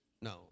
No